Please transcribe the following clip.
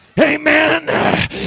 Amen